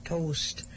Toast